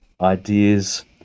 ideas